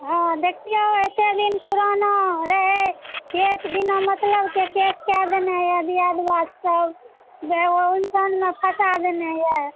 हॅं देखियौ एते दिन पुराना रहै केश बिना मतलब के केश कय देने यऽ दियाद बाद सब ओ उलझन मे फँसा देने यऽ